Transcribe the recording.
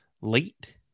late